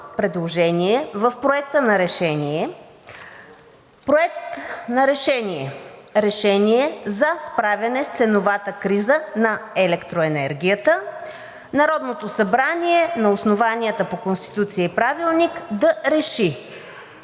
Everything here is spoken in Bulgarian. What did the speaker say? предложение в Проекта на решение за справяне с ценовата криза на електроенергията. Народното събрание на основанията по Конституцията и Правилника да реши: